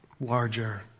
larger